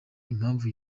impamvu